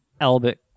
Albert